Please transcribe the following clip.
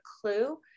clue